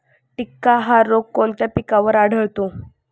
टिक्का हा रोग कोणत्या पिकावर आढळतो?